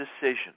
decision